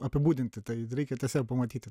apibūdinti tai reikia tiesiog pamatyti